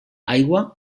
aigua